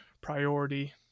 priority